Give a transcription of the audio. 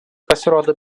pasirodo